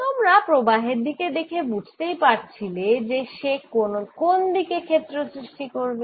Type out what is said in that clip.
তোমরা প্রবাহের দিকে দেখে বুঝতেই পারছিলে যে সে কোন দিকে ক্ষেত্র সৃষ্টি করবে